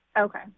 Okay